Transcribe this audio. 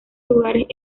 lugares